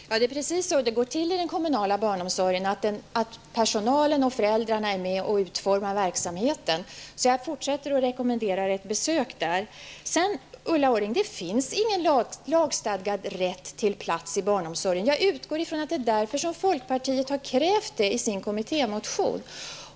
Herr talman! Det är precis så det går till i den kommunala barnomsorgen, att personalen och föräldrarna är med och utformar verksamheten. Jag vidhåller min rekommendation om ett besök där. Det finns ingen lagstadgad rätt till plats i barnomsorgen, Ulla Orring. Jag utgår från att det är därför som folkpartiet har krävt en sådan i sin kommittémotion.